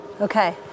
Okay